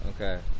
okay